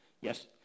yes